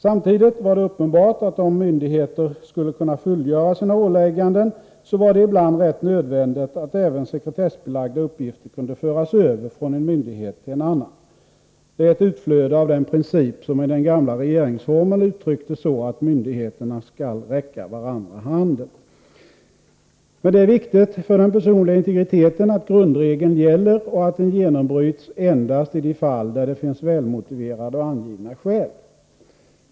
Samtidigt var det uppenbart att om myndigheter skulle kunna fullgöra sina ålägganden så var det ibland rätt nödvändigt att även sekretessbelagda uppgifter kunde föras över från en myndighet till en annan. Det är ett utflöde av den princip som i den gamla regeringsformen uttrycktes så att myndigheterna skall räcka varandra handen. Men det är viktigt för den personliga integriteten att grundregeln gäller och att den genombryts endast i de fall där det finns välmotiverade och angivna skäl.